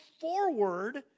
forward